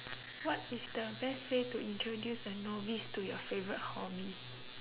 what is the best way to introduce a novice to your favourite hobby